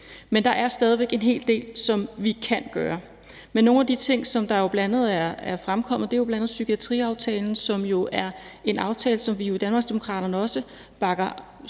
men der er stadig væk en hel del, som vi kan gøre. En af de ting, der er fremkommet, er bl.a. psykiatriaftalen, som jo er en aftale, som vi i Danmarksdemokraterne også bakker